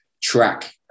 track